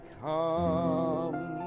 come